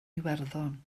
iwerddon